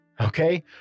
Okay